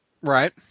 right